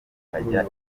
ikajya